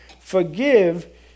forgive